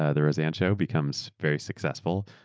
ah the roseanne show becomes very successful,